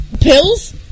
pills